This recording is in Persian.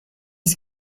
است